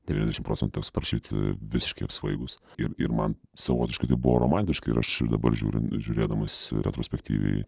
devyniasdešimt procentų tekstų parašyti visiškai apsvaigus ir ir man savotiškai tai buvo romantiška ir aš ir dabar žiūrin žiūrėdamas retrospektyviai